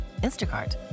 Instacart